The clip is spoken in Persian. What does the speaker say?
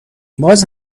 باز